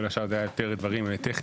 וכל השאר היה דברים יותר טכניים.